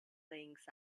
things